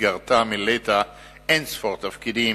ובמסגרתה מילאת אין-ספור תפקידים,